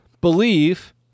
believe